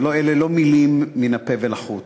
אלה לא מילים מן הפה ולחוץ.